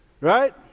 Right